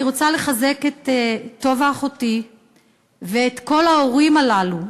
אני רוצה לחזק את טובה אחותי ואת כל ההורים הללו,